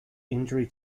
injury